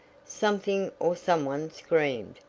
something or some one screamed.